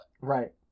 right